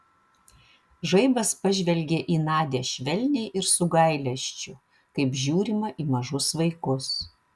žaibas pažvelgė į nadią švelniai ir su gailesčiu kaip žiūrima į mažus vaikus